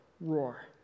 roar